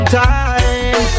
time